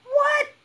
what